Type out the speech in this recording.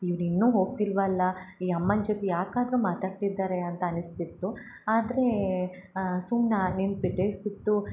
ಇವ್ರು ಇನ್ನು ಹೋಗ್ತಿಲ್ಲವಲ್ಲಾ ಈ ಅಮ್ಮನ ಜೊತೆ ಯಾಕಾದರೂ ಮಾತಾಡ್ತಿದ್ದಾರೆ ಅಂತ ಅನಿಸ್ತಿತ್ತು ಆದರೆ ಸುಮ್ನ ನಿಂತು ಬಿಟ್ಟೆ ಸುತ್ತು